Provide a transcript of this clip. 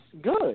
good